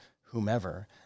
whomever